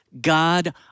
God